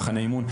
למחנה אימון,